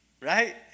right